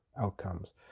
outcomes